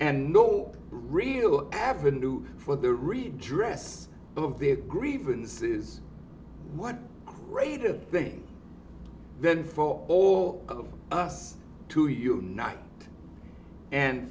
and no real avenue for the region dress of their grievances what greater thing then for all of us to unite and